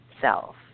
self